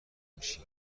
میشی